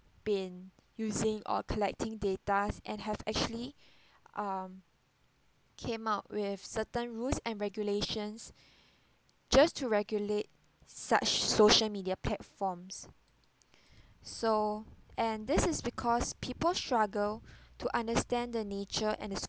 been using or collecting datas and have actually um came out with certain rules and regulations just to regulate such social media platforms so and this is because people struggle to understand the nature and the